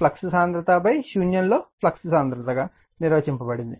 flux సాంద్రతశూన్యంలో flux సాంద్రత గా నిర్వచించబడుతుంది